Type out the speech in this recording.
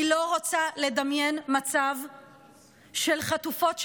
אני לא רוצה לדמיין מצב שחטופות שלנו,